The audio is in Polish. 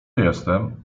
jestem